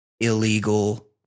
illegal